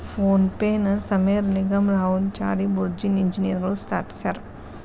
phone ಪೆನ ಸಮೇರ್ ನಿಗಮ್ ರಾಹುಲ್ ಚಾರಿ ಬುರ್ಜಿನ್ ಇಂಜಿನಿಯರ್ಗಳು ಸ್ಥಾಪಿಸ್ಯರಾ